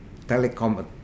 telecom